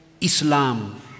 Islam